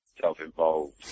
self-involved